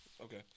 Okay